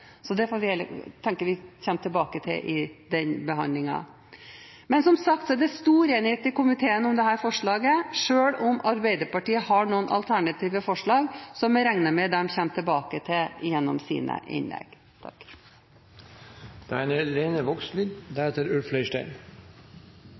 så det tenker jeg vi kommer tilbake til under behandlingen. Men som sagt: Det er stor enighet i komiteen om dette forslaget, selv om Arbeiderpartiet har noen alternative forslag, som jeg regner med at de kommer tilbake til gjennom sine innlegg.